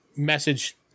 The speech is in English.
message